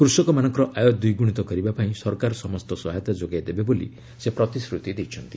କୃଷକମାନଙ୍କର ଆୟ ଦ୍ୱିଗୁଣିତ କରିବା ପାଇଁ ସରକାର ସମସ୍ତ ସହାୟତା ଯୋଗାଇ ଦେବେ ବୋଲି ସେ ପ୍ରତିଶ୍ରତି ଦେଇଛନ୍ତି